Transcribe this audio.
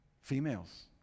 females